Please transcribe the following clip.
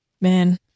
man